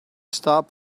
stop